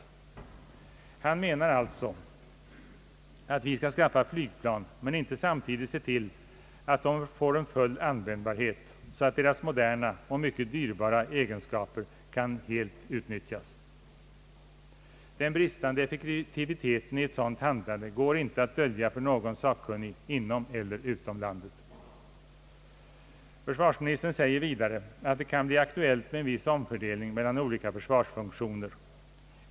Försvarsministern menar alltså, att vi skall skaffa flygplan men inte samtidigt se till att de får full användbarhet så att deras moderna och mycket dyrbara egenskaper helt kan utnyttjas. Den bristande effektiviteten i ett sådant handlande går inte att dölja för någon sakkunnig inom eller utom landet. Försvarsministern säger vidare, att det kan bli aktuellt med viss omfördelning mellan olika försvarsfunktioner.